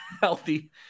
healthy